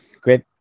great